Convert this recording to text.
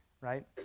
right